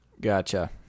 Gotcha